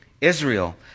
Israel